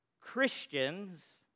Christians